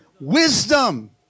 wisdom